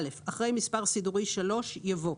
אחרי מספר סידורי 3 יבוא: